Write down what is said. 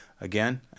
Again